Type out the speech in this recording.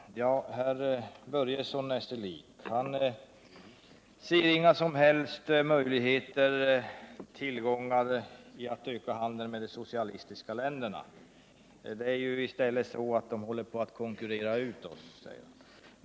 Herr talman! Herr Börjesson är sig lik. Han ser inga som helst tillgångar i att öka handeln med de socialistiska länderna. Det är i stället så, menar han, att de håller på att konkurrera ut oss.